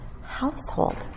household